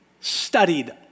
studied